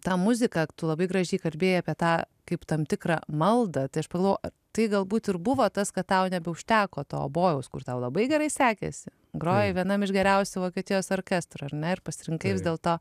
tą muziką tu labai gražiai kalbėjai apie tą kaip tam tikrą maldą tepalų ar tai galbūt ir buvo tas kad tau nebeužteko to obojaus kur tau labai gerai sekėsi groja vienam iš geriausių vokietijos orkestrą ir pasirenka ir dėl to